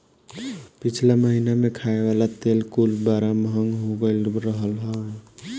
पिछला महिना में खाए वाला तेल कुल बड़ा महंग हो गईल रहल हवे